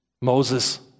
Moses